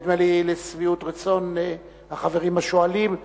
נדמה לי שלשביעות רצון החברים השואלים,